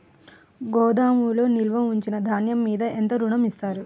గోదాములో నిల్వ ఉంచిన ధాన్యము మీద ఎంత ఋణం ఇస్తారు?